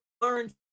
learn